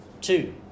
Two